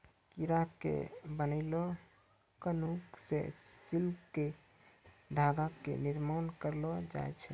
कीड़ा के बनैलो ककून सॅ सिल्क के धागा के निर्माण करलो जाय छै